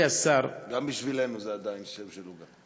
גם בשבילנו זה עדיין שם של עוגה.